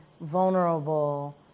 vulnerable